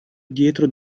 dietro